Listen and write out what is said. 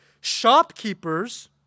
shopkeepers